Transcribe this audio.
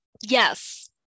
Yes